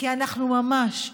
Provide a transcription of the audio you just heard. כי אנחנו ממש,